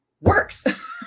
works